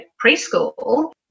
preschool